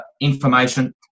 information